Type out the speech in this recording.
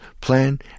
plan